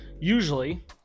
usually